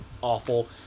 awful